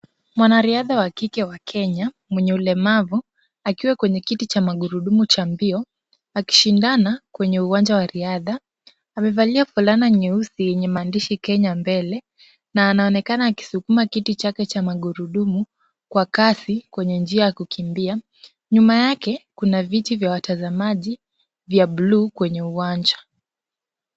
Mwanariadha wa kike wa Kenya mwenye ulemavu akiwa kwenye kiti cha magurudumu cha mbio, akishindana kwenye uwanja wa riadha. Amevalia fulana nyeusi yenye maandishi Kenya mbele na anaonekana akisukuma kiti chake cha magurudumu kwa kasi kwenye njia ya kukimbia. Nyuma yake kuna viti vya watazamaji vya buluu kwenye uwanja.